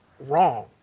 wrong